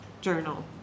journal